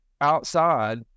outside